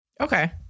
Okay